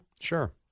Sure